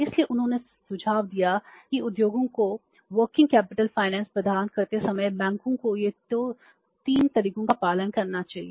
इसलिए उन्होंने सुझाव दिया कि उद्योगों को कार्यशील पूंजी वित्त प्रदान करते समय बैंकों को या तो 3 तरीकों का पालन करना चाहिए